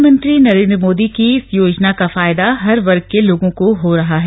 प्रधानमंत्री नरेन्द्र मोदी की इस योजना का फायदा हर वर्ग के लोगों को हो रहा है